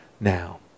now